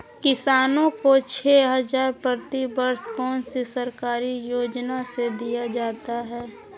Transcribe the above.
किसानों को छे हज़ार प्रति वर्ष कौन सी सरकारी योजना से दिया जाता है?